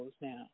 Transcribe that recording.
now